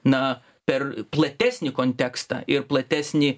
na per platesnį kontekstą ir platesnį